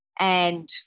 And-